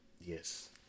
Yes